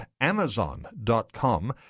Amazon.com